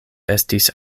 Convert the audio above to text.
estis